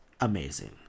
amazing